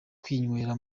kwinywera